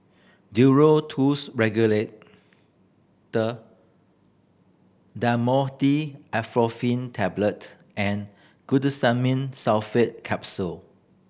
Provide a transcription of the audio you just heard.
Duro Tuss Regular Dhamotil Atropine Tablet and Glucosamine Sulfate Capsule